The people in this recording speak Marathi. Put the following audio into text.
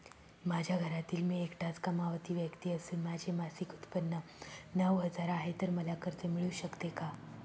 माझ्या घरातील मी एकटाच कमावती व्यक्ती असून माझे मासिक उत्त्पन्न नऊ हजार आहे, तर मला कर्ज मिळू शकते का?